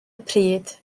pryd